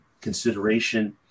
consideration